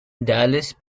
dallas